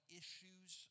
issues